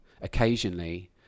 occasionally